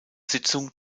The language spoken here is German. sitzung